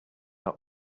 not